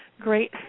great